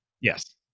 Yes